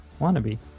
Wannabe